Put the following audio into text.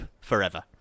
forever